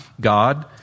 God